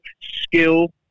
skill